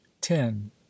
Ten